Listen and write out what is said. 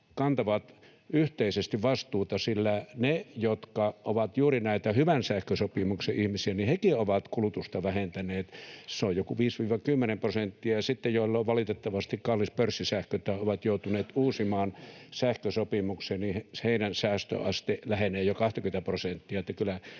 kantavat yhteisesti vastuuta, sillä nekin, jotka ovat juuri näitä hyvän sähkösopimuksen ihmisiä, ovat kulutusta vähentäneet, se on joku 5—10 prosenttia. Sitten niiden, joilla on valitettavasti kallis pörssisähkö tai jotka ovat joutuneet uusimaan sähkösopimuksen, säästöaste lähenee jo 20:tä prosenttia,